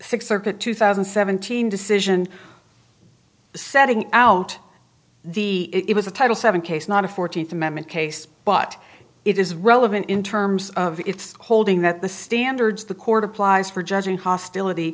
circuit two thousand and seventeen decision setting out the it was a title seven case not a fourteenth amendment case but it is relevant in terms of its holding that the standards the court applies for judging hostility